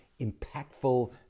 impactful